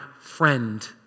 friend